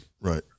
Right